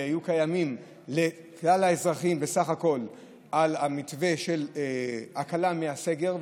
לכלל האזרחים בסך הכול במתווה של הקלה בסגר,